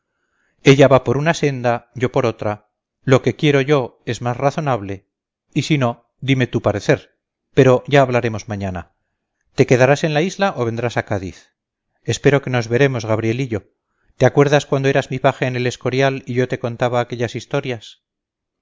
ella va por una senda yo por otra lo que yo quiero es más razonable y si no dime tu parecer pero ya hablaremos mañana te quedarás en la isla o vendrás a cádiz espero que nos veremos gabrielillo te acuerdas cuando eras mi paje en el escorial y yo te contaba aquellas historias